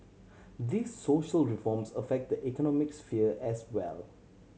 these social reforms affect the economic sphere as well